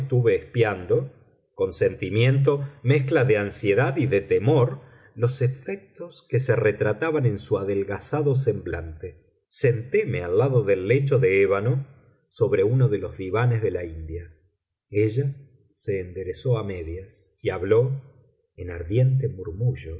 espiando con sentimiento mezcla de ansiedad y de temor los efectos que se retrataban en su adelgazado semblante sentéme al lado del lecho de ébano sobre uno de los divanes de la india ella se enderezó a medias y habló en ardiente murmullo